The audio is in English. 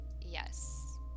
Yes